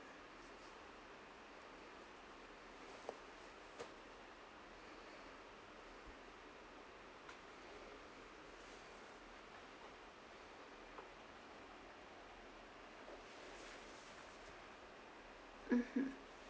mmhmm